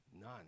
None